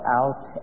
out